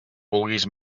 vulguis